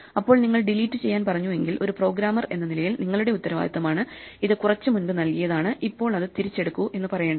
അപ്പോൾ നിങ്ങൾ ഡിലീറ്റ് ചെയ്യാൻ പറഞ്ഞു എങ്കിൽ ഒരു പ്രോഗ്രാമർ എന്ന നിലയിൽ നിങ്ങളുടെ ഉത്തരവാദിത്തമാണ് ഇത് കുറച്ചു മുൻപ് നൽകിയതാണ് ഇപ്പോൾ അത് തിരിച്ചെടുക്കു എന്ന് പറയേണ്ടത്